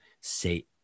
say